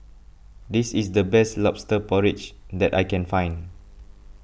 this is the best Lobster Porridge that I can find